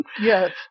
yes